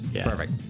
perfect